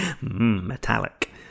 metallic